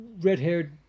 red-haired